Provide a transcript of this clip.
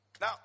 Now